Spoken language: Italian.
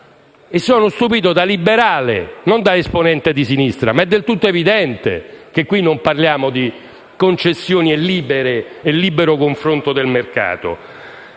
E sono stupito da liberale, non da esponente della sinistra: ma è del tutto evidente che in questo caso non parliamo di concessioni libere e di libero confronto del mercato.